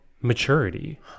maturity